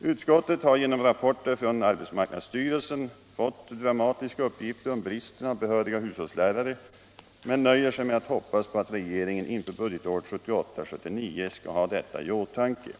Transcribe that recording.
Utskottet har genom rapporter från arbetsmarknadsstyrelsen fått dramatiska uppgifter om bristen på behöriga hushållslärare men nöjer sig med att hoppas på att regeringen inför budgetåret 1978/79 skall ha saken i åtanke.